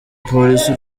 polisi